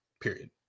period